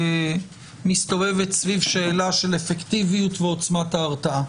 מסתובבת רק שאלה של אפקטיביות ועוצמת ההרתעה.